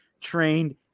trained